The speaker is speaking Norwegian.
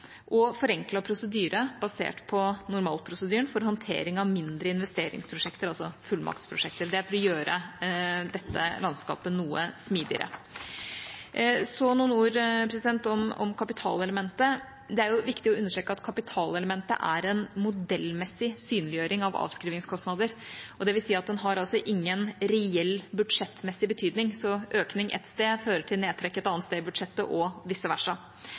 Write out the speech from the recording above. og forenklet prosedyre basert på normalprosedyren for håndtering av mindre investeringsprosjekter, altså fullmaktsprosjekter. Det vil gjøre dette landskapet noe smidigere. Så noen ord om kapitalelementet. Det er viktig å understreke at kapitalelementet er en modellmessig synliggjøring av avskrivningskostnader. Det vil si at det har ingen reell budsjettmessig betydning. Så økning ett sted fører til nedtrekk et annet sted i budsjettet og